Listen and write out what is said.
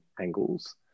angles